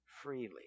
freely